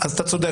אז אתה צודק,